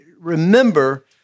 remember